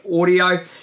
audio